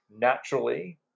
naturally